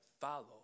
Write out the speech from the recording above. follow